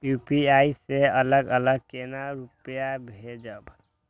UPI से अलग अलग केना रुपया भेजब